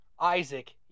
Isaac